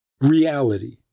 reality